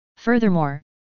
Furthermore